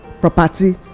property